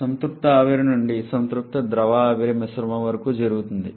సంతృప్త ఆవిరి నుండి సంతృప్త ద్రవ ఆవిరి మిశ్రమం వరకు జరుగుతుంది